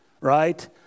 right